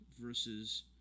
versus